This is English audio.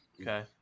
Okay